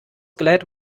glad